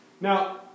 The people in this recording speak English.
Now